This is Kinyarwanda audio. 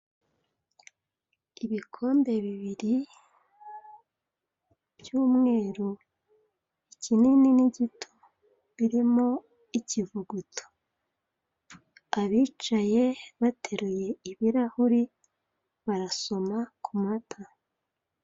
Ibikombe bibiri by'umweru ikinini n'igito birimo ikivuguto, abicaye bateruye ibirahuri bari kunywa amata.